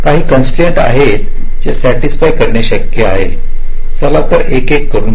काही कॉन्स्ट्राईन्ट आहेत ज्या सॅटिसफाय करणेही शक्य आहे चला आपण एके क करून पाहू